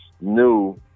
new